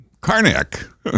Karnak